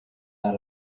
out